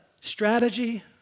strategy